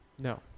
No